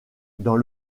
dans